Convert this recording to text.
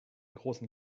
großen